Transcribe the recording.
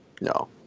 No